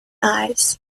eyes